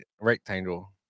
rectangle